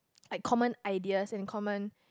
like common ideas and common